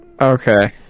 Okay